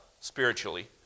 spiritually